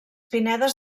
pinedes